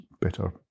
better